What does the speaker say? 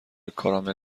کارامل